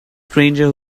stranger